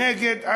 נגד,